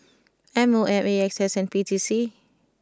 M O M A X S and P T C